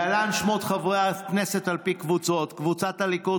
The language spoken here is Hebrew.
להלן שמות חברי הכנסת על פי קבוצות: קבוצת סיעת הליכוד,